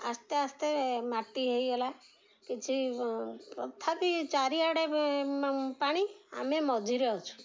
ଆସ୍ତେ ଆସ୍ତେ ମାଟି ହେଇଗଲା କିଛି ତଥାପି ଚାରିଆଡ଼େ ପାଣି ଆମେ ମଝିରେ ଅଛୁ